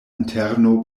interno